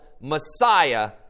Messiah